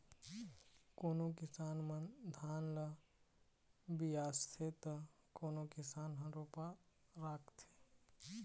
कोनो किसान मन धान ल बियासथे त कोनो किसान ह रोपा राखथे